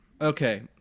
Okay